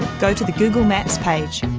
go to the google maps page.